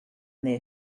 their